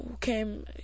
came